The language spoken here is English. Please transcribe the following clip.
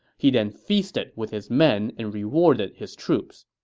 he then feasted with his men and rewarded his troops